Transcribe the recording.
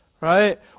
right